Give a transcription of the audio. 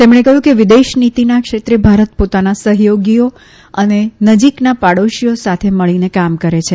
તેમણે કહ્યું કે વિદેશ નીતિના ક્ષેત્રે ભારત પોતાના સહયોગીઓ અને નજીકના પાડોશીઓ સાથે મળીને કામ કરે છે